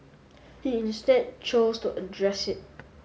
he instead chose to address it